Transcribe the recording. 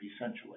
essentially